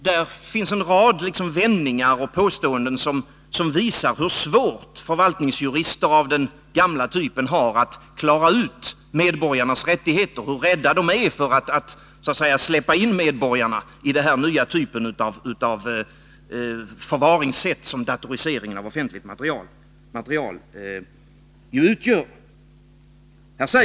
Där finns en rad vändningar och påståenden som visar hur svårt förvaltningsjurister av den gamla typen har att klara ut medborgarnas rättigheter, hur rädda de är för att släppa in medborgarna i den nya typ av förfaringssätt som datoriseringen av offentligt material ju utgör.